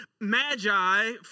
Magi